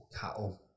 cattle